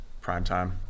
primetime